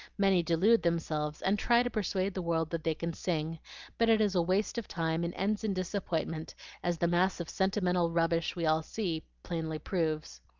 many delude themselves, and try to persuade the world that they can sing but it is waste of time, and ends in disappointment, as the mass of sentimental rubbish we all see plainly proves.